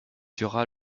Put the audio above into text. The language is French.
tuera